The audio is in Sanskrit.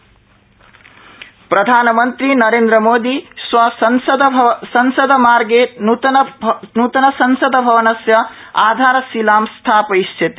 प्रधानमंत्री प्रधानमंत्री नरेंद्र मोदी श्वः संसद मार्गे नूतन संसद भवनस्य आधारशिलां स्थापयिष्यति